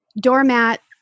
doormat